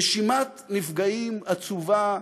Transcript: רשימת נפגעים עצובה,